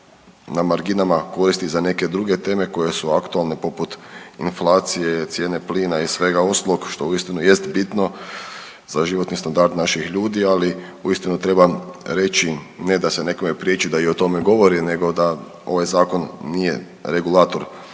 na marginama koristi za neke druge teme koje su aktualne poput inflacije, cijene plina i svega ostalog što uistinu jest bitno za životni standard naših ljudi. Ali uistinu treba reći ne da se nekome priječi da i o tome govori, nego da ovaj zakon nije regulator